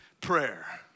prayer